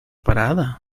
parada